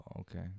okay